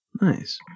Nice